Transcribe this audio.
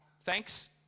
Thanks